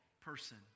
person